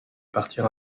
partir